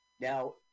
Now